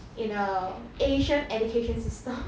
in a asian education system